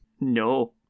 No